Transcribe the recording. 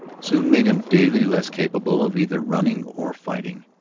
soon made him daily less capable of either running or fighting.